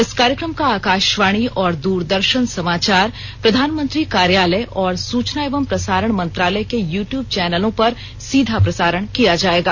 इस कार्यक्रम का आकाशवाणी तथा द्रदर्शन समाचार प्रधानमंत्री कार्यालय और सुचना एवं प्रसारण मंत्रालय के यू टयूब चैनलों पर सीधा प्रसारण किया जाएगा